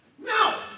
No